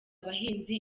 abahinzi